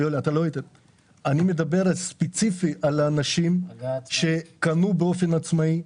אני מדבר ספציפי על אנשים שקנו באופן עצמאי,